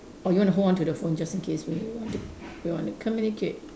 or you want to hold on to the phone just in case we want to we want to communicate